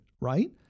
right